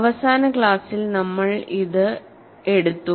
അവസാന ക്ലാസ്സിൽ നമ്മൾ ഇത് എടുത്തു